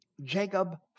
Jacob